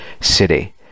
city